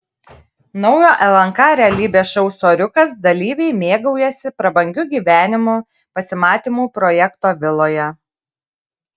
naujo lnk realybės šou soriukas dalyviai mėgaujasi prabangiu gyvenimu pasimatymų projekto viloje